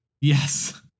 Yes